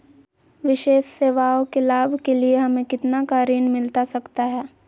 विशेष सेवाओं के लाभ के लिए हमें कितना का ऋण मिलता सकता है?